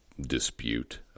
dispute